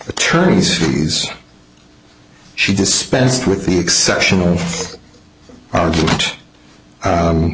attorney's fees she dispensed with the exception of